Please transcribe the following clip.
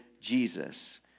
Jesus